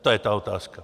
To je ta otázka.